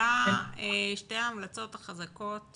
מה שתי ההמלצות החזקות